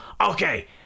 Okay